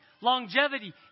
longevity